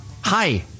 Hi